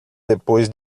depois